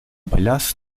palhaço